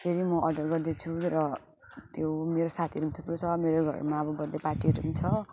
फेरि म अडर गर्दैछु र त्यो मेरो साथीहरू थुप्रो छ मेरो घरमा अब बर्थ डे पार्टीहरू छ